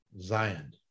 Zion